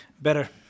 Better